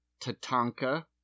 Tatanka